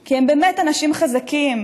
כי הם באמת אנשים חזקים.